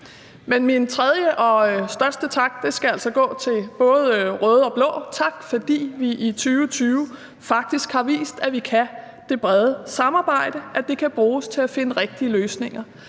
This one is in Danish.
min tredje og største tak skal altså gå til både røde og blå. Tak, fordi vi i 2020 faktisk har vist, at vi kan det brede samarbejde – at det kan bruges til at finde rigtige løsninger